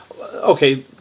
okay